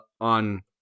on